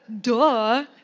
Duh